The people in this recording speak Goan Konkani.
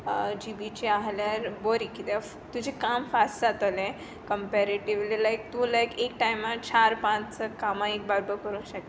आठ जी बी ची आसल्याल बरी कित्याक तुजें काम फास्ट जातलें कम्पेरीटेवली लायक तूं लायक चार पांच कामां एक बरबर करूंक शकता